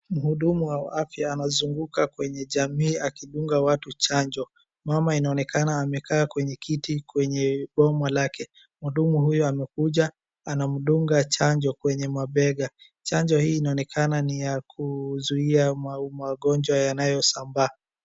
Mhudumu wa afya anazunguka kwenye jamii akidunga watu chanjo. Mama inaonekana amekaa kwenye kiti kwenye boma lake. Mhudumu huyu amekuja, anamdunga chanjo kwenye mabega. Chanjo hii inaonekana ni ya kuzuia magonjwa yanayo sambaa.